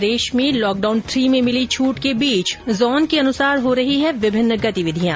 प्रदेश में lockdown three में मिली छूट के बीच जोन के अनुसार हो रही है विभिन्न गतिविधियां